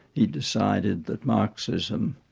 he decided that marxism,